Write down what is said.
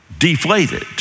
deflated